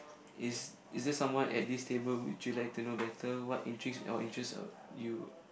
is is there someone at this table would you like to know better what intrigues or interests uh you